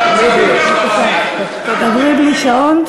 בבקשה, תדברי בלי שעון.